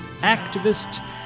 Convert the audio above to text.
activist